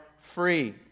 free